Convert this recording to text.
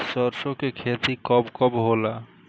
सरसों के खेती कब कब होला?